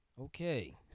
okay